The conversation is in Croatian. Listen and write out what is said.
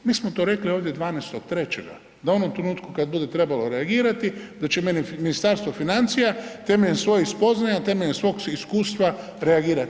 Mi smo to rekli ovdje 12.3.da u onom trenutku kada bude trebalo reagirati da će Ministarstvo financija temeljem svojih spoznaja, temeljem svog iskustva reagirati.